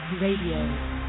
Radio